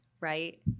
right